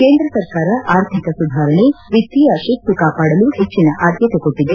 ಕೇಂದ್ರ ಸರ್ಕಾರ ಆರ್ಥಿಕ ಸುಧಾರಣೆ ವಿತೀಯ ತಿಸ್ತು ಕಾಪಾಡಲು ಆದ್ದತೆ ಕೊಟ್ಟದೆ